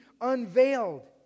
unveiled